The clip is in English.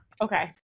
Okay